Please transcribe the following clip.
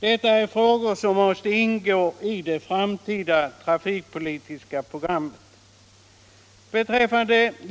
Detta är frågor som måste ingå i ett framtida trafikpolitiskt program.